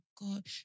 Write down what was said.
god